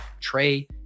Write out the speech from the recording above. Trey